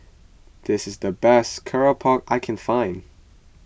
this is the best Keropok I can find